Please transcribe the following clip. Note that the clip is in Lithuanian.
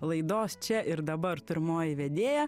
laidos čia ir dabar pirmoji vedėja